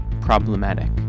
problematic